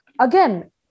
again